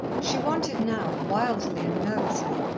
she wanted now, wildly and nervously,